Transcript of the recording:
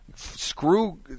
screw